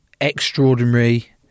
extraordinary